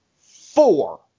four